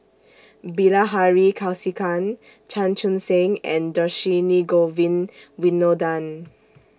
Bilahari Kausikan Chan Chun Sing and Dhershini Govin Winodan